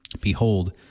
Behold